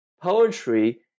poetry